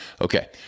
Okay